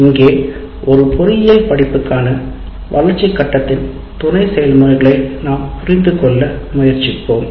இங்கே ஒரு பொறியியல் படிப்புக்கான வளர்ச்சி கட்டத்தின் துணை செயல்முறைகளை நாம் புரிந்து கொள்ள முயற்சிப்போம்